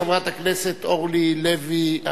חברת הכנסת אורלי אבקסיס